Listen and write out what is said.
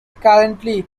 currently